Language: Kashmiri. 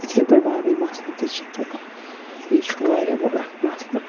اِتھے پٲٹھۍ باقی مَسلہٕ تہِ چھِ تہٕ یہِ چھُ واریاہ بوٚڑ اکھ مَسلہٕ